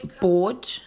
bored